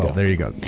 there you go.